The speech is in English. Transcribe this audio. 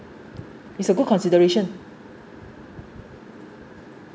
it's a good consideration